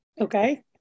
Okay